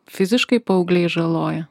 fiziškai paaugliai žaloja